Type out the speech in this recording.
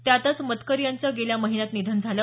त्यातच मतकरी यांचं गेल्या महिन्यात निधन झालं